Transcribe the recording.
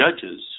judges